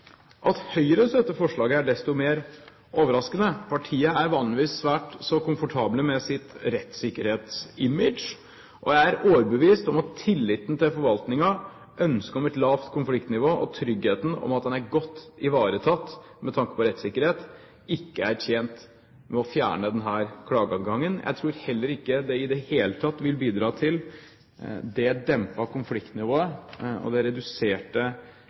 At Høyre støtter forslaget, er desto mer overraskende. Partiet er vanligvis svært så komfortable med sitt rettssikkerhetsimage. Jeg er overbevist om at tilliten til forvaltningen, ønsket om et lavt konfliktnivå, og tryggheten om at en er godt ivaretatt med tanke på rettssikkerhet, ikke er tjent med å fjerne denne klageadgangen. Jeg tror heller ikke det i det hele tatt vil bidra til det dempede konfliktnivået og den reduserte